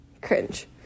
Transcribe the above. cringe